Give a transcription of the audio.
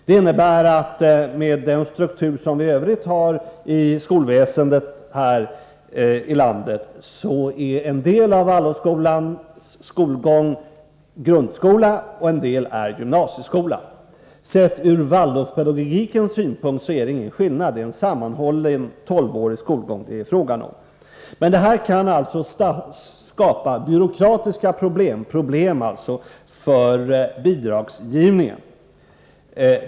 Det innebär att med den struktur som skolväsendet i övrigt har här i landet är en del av skolgången i Waldorfskolan grundskola och en del gymnasieskola. Sett från Waldorfpedagogikens synpunkt föreligger det ingen skillnad. Det är fråga om en sammanhållen tolvårig skolgång. Men det här kan alltså skapa byråkratiska problem när det gäller bidragsgivningen.